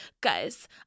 guys